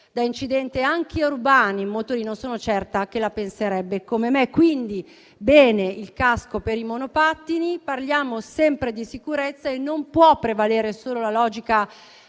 da incidenti in motorino, anche urbani, sono certa che la penserebbe come me. Quindi, bene il casco per i monopattini. Parliamo sempre di sicurezza e non può prevalere solo la logica